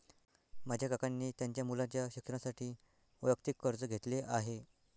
माझ्या काकांनी त्यांच्या मुलाच्या शिक्षणासाठी वैयक्तिक कर्ज घेतले आहे